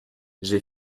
j’ai